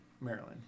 Maryland